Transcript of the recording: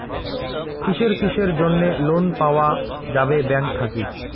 কিসের কিসের জন্যে লোন পাওয়া যাবে ব্যাংক থাকি?